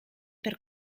per